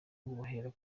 bahera